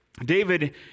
David